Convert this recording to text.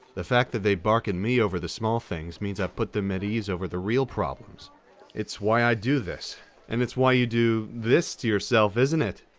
the fact that they bark at and me over the small things means i've put them at ease over the real problems it's why i do this and it's why you do this to yourself, isn't it?